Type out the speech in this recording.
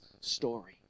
story